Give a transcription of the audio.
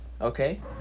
okay